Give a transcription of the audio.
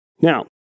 Now